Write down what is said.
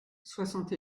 soixante